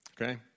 okay